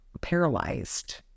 paralyzed